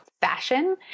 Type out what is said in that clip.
fashion